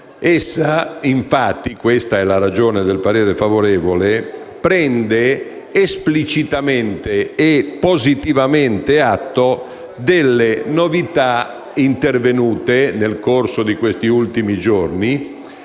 Essa infatti - questa è la ragione del parere favorevole - prende esplicitamente e positivamente atto delle novità intervenute nel corso di questi ultimi giorni